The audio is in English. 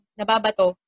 nababato